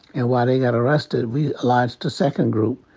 and while they got arrested we launched a second group.